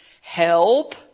help